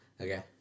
Okay